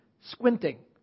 squinting